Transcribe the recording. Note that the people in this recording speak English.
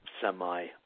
semi